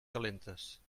calentes